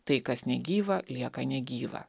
tai kas negyva lieka negyva